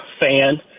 fan